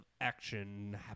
action